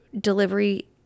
delivery